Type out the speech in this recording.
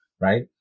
right